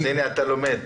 אז הינה, אתה לומד.